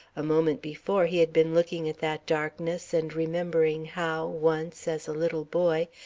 a moment before he had been looking at that darkness and remembering how, once, as a little boy,